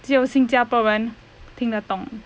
只有新加坡人听得懂